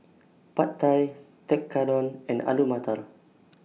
Pad Thai Tekkadon and Alu Matar